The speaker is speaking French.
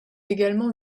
également